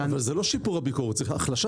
זה לא שיפור הבוקרת, זה החלשת הביקורת.